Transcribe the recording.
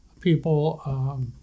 people